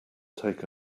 take